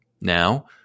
Now